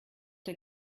der